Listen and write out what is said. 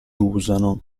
usano